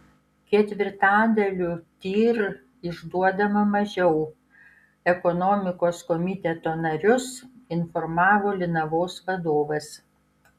ketvirtadaliu tir išduodama mažiau ekonomikos komiteto narius informavo linavos vadovas